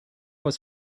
was